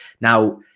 Now